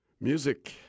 Music